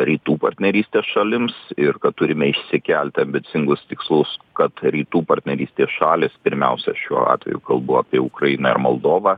rytų partnerystės šalims ir kad turime išsikelti ambicingus tikslus kad rytų partnerystės šalys pirmiausia šiuo atveju kalbu apie ukrainą ir moldovą